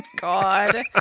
God